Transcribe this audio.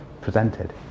presented